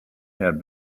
had